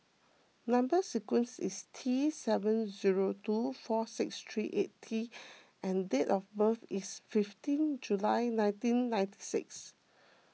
Number Sequence is T seven zero two four six three eight T and date of birth is fifteen July nineteen ninety six